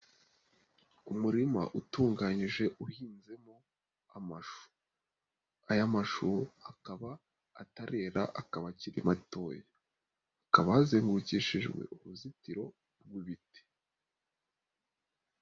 Umurima utunganyije uhinzemo amashu. Aya mashu akaba atarera akaba akiri matoya hakaba hazengurukishijwe uruzitiro rw'ibiti.